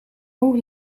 oog